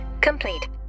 complete